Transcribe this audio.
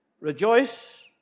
Rejoice